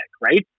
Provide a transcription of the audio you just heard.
right